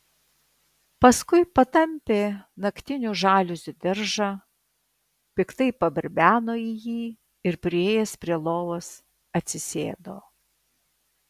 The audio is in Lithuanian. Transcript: paskui patampė naktinių žaliuzių diržą piktai pabarbeno į jį ir priėjęs prie lovos atsisėdo